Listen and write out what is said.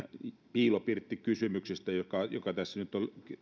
piilopirttikysymyksestä josta tässä nyt on